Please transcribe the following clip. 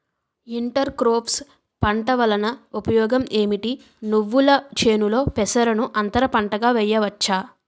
Inter crops పంట వలన ఉపయోగం ఏమిటి? నువ్వుల చేనులో పెసరను అంతర పంటగా వేయవచ్చా?